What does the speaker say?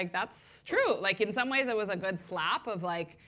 like that's true. like in some ways, it was a good slap of like,